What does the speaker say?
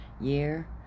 year